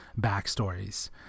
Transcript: backstories